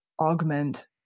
augment